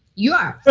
you are,